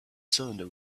cylinder